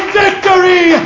victory